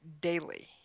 daily